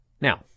Now